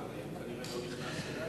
ביקשתי תשתיות תיירות,